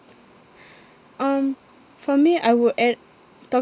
um for me I would add talk